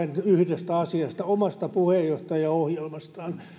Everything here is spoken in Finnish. yhdestä asiasta omasta puheenjohtajaohjelmastaan